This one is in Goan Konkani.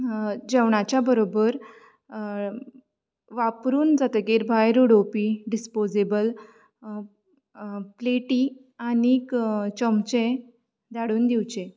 जेवणाच्या बरोबर वापरून जातगेर भायर उडोवपी डिस्पोसेबल प्लेटी आनीक चोमचें धाडून दिवचे